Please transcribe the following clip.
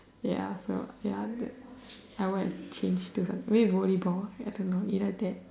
ya so ya the I would have changed to maybe volleyball I don't know either that